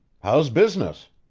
how's business?